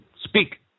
Speak